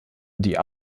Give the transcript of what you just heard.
die